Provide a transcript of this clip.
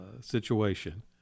situation